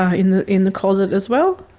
ah in the in the closet as well,